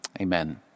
amen